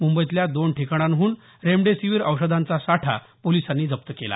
मुंबईतल्या दोन ठिकाणांहून रेमेडेसीवीर औषधांचा साठा पोलिसांनी जप्त केला